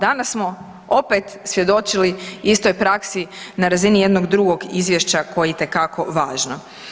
Danas smo opet svjedočili istoj praksi na razini jednog drugog izvješća koje je itekako važno.